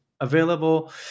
available